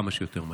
כמה שיותר מהר.